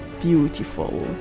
beautiful